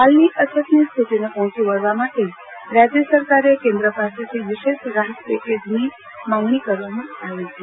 હાલની અછતની સ્થિતિને પહોંચી વળવા માટે રાજ્ય સરકારે કેન્દ્ર પાસેથી વિશેષ રાહત પેકેજની માંગણી કરવામાં આવી છે